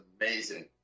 amazing